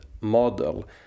model